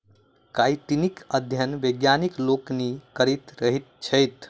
काइटीनक अध्ययन वैज्ञानिक लोकनि करैत रहैत छथि